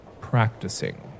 practicing